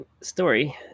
story